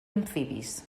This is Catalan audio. amfibis